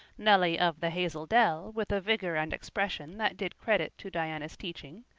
nelly of the hazel dell with a vigor and expression that did credit to diana's teaching,